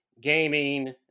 gaming